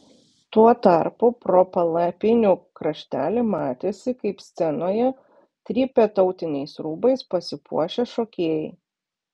tuo tarpu pro palapinių kraštelį matėsi kaip scenoje trypia tautiniais rūbais pasipuošę šokėjai